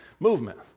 movement